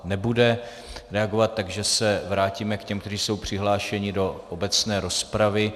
Nebude reagovat, takže se vrátíme k těm, kteří jsou přihlášeni do obecné rozpravy.